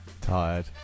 Tired